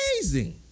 amazing